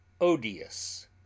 odious